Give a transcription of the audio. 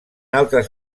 altres